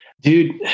dude